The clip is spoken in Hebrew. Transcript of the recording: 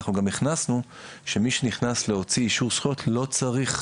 אנחנו גם הכנסנו שמי שנכנס להוציא אישור זכויות לא צריך